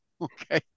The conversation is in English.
Okay